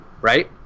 right